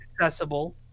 accessible